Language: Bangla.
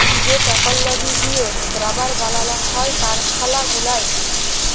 যে টেকললজি দিঁয়ে রাবার বালাল হ্যয় কারখালা গুলায়